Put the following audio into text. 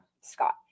Scott